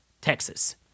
Texas